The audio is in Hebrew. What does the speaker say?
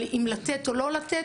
אם לתת או לא לתת.